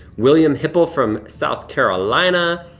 william hipple from south carolina.